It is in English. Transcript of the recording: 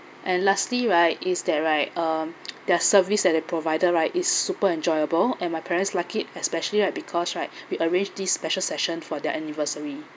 and lastly right is that right um their service at the provider right is super enjoyable and my parents like it especially right because right we arrange this special session for their anniversary